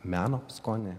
meno skonį